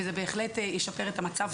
וזה בהחלט ישפר את המצב.